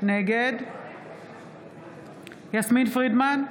נגד יסמין פרידמן,